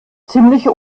ziemliche